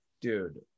dude